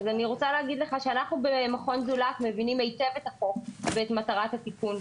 אנחנו במכון זולת מבינים היטב את החוק ואת מטרת התיקון,